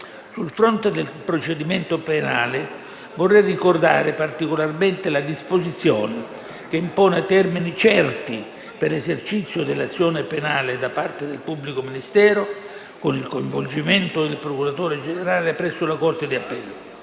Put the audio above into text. Sul fronte del procedimento penale, vorrei ricordare particolarmente la disposizione che impone termini certi per l'esercizio dell'azione penale da parte del pubblico ministero, con il coinvolgimento del procuratore generale presso la corte di appello.